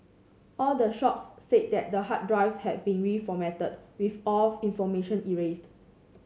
all the shops said that the hard drives had been reformatted with all information erased